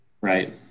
Right